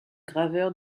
graveur